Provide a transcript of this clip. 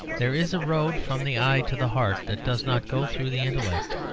there is a road from the eye to the heart that does not go through the intellect.